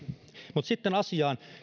mutta sitten asiaan